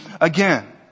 again